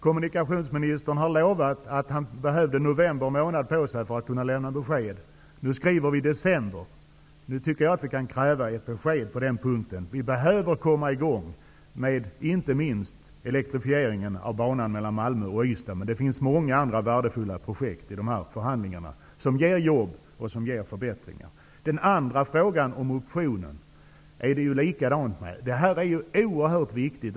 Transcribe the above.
Kommunikationsministern har uttalat att han behövde få november månad på sig för att kunna lämna besked. Nu skriver vi december, och jag tycker att vi nu kan kräva ett besked på den punkten. Vi behöver komma i gång inte minst med elektrifieringen av banan mellan Malmö och Ystad. I dessa förhandlingar ingick också många andra värdefulla projekt som leder till jobb och förbättringar. Det är likadant med den andra frågan, om optionen, som är oerhört viktig.